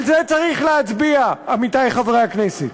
על זה צריך להצביע, עמיתי חברי הכנסת.